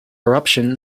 eruption